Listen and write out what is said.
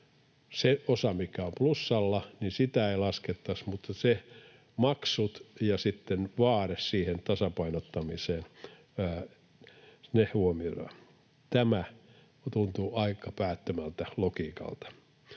Sitä osaa, mikä on plussalla, ei laskettaisi, mutta ne maksut ja sitten vaade tasapainottamiseen huomioidaan. Tämä tuntuu aika päättömältä logiikalta.